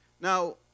Now